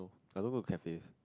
I don't go to cafes